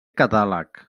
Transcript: catàleg